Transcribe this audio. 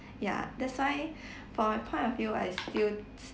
ya that's why for my point of view right I feel it's